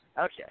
Okay